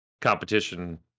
competition